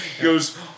Goes